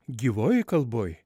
gyvoj kalboj